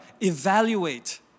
evaluate